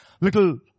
little